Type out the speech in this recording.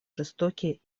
жестокие